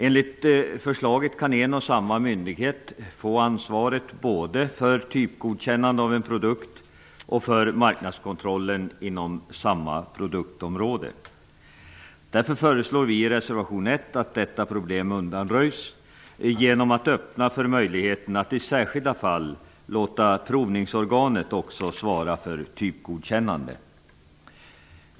Enligt förslaget kan en och samma myndighet få ansvaret både för typgodkännande av en produkt och för marknadskontrollen inom samma produktområde. Därför föreslår vi i reservation 1 att detta problem undanröjs genom att öppna för möjligheten att i särskilda fall låta provningsorganet också svara för typgodkännandet.